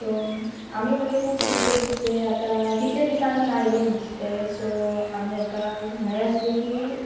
so आमी मागे खूब चितले चितले आतां कितले दिसानी आयले नु तें सो आमी आतां म्हणआसली की